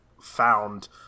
found